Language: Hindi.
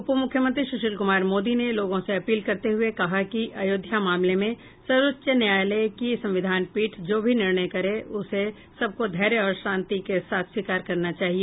उप मुख्यमंत्री सुशील कुमार मोदी ने लोगों से अपील करते हुए कहा कि अयोध्या मामले में सर्वोच्च न्यायालय की संविधान पीठ जो भी निर्णय करे उसे सबको धैर्य और शांति के साथ स्वीकार करना चाहिए